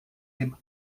dem